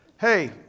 hey